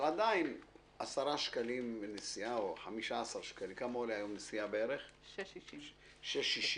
אבל עדיין 10 שקלים או 15 שקלים כמה עולה נסיעה בערך 5.90 שקלים.